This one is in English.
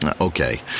Okay